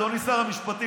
אדוני שר המשפטים,